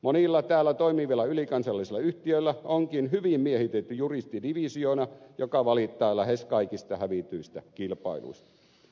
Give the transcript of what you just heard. monilla täällä toimivilla ylikansallisilla yhtiöillä onkin hyvin miehitetty juristidivisioona joka valittaa lähes kaikista hävityistä kilpailuista